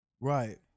Right